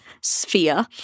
sphere